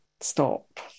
stop